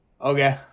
Okay